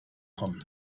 kommen